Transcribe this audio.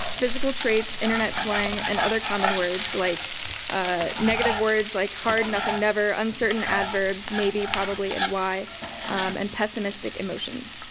physical traits, internet slang and other common words like negative words like hard, nothing, never, uncertain adverbs maybe, probably and why and pessimistic emotions.